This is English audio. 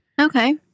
Okay